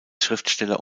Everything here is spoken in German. schriftsteller